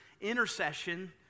intercession